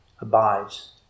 abides